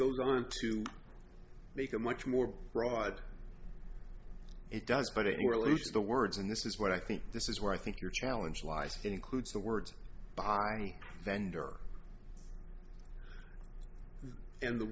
goes on to make a much more broad it does but it will use the words and this is what i think this is where i think your challenge lies includes the words by vendor and the